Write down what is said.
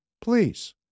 Please